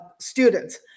students